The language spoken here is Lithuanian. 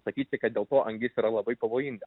sakyti kad dėl ko angis yra labai pavojinga